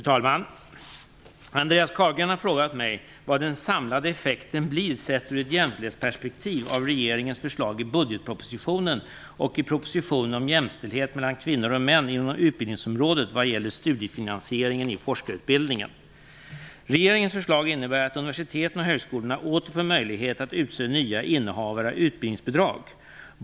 Fru talman! Andreas Carlgren har frågat mig vad den samlade effekten blir - sett ur ett jämställdhetsperspektiv - av regeringens förslag i budgetpropositionen och i propositionen om jämställdhet mellan kvinnor och män inom utbildningsområdet vad gäller studiefinansieringen i forskarutbildningen. Regeringens förslag innebär att universiteten och högskolorna åter får möjlighet att utse nya innehavare av utbildningsbidrag.